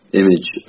image